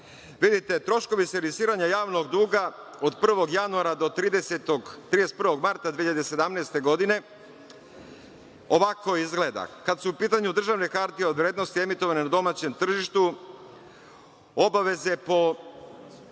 Vidite, troškovi servisiranja javnog duga od 1. januara do 31. marta 2017. godine, ovako izgledaju. Kada su u pitanju državne hartije od vrednosti emitovane na domaćem tržištu, obaveze po